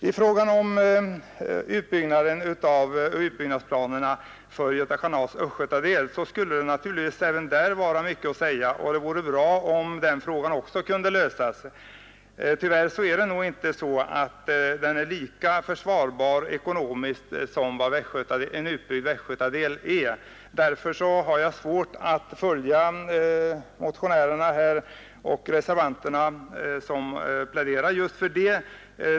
Det vore mycket att säga även om utbyggnadsplanerna för Göta kanals östgötadel, och det vore bra om den frågan också kunde lösas. Tyvärr är det nog inte så att den är lika försvarbar ekonomiskt som en utbyggd västgötadel är. Därför har jag svårt att följa motionärerna och reservanterna som pläderar just för detta.